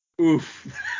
Oof